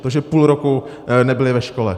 To, že půl roku nebyli ve škole.